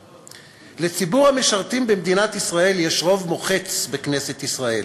לציבור המשרתים במדינת ישראל יש רוב מוחץ בכנסת ישראל,